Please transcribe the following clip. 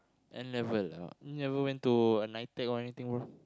N-level ah you never went to a Nitec or anything bro